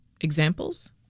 examples